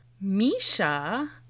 Misha